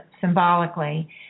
symbolically